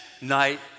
night